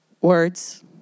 Words